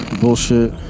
bullshit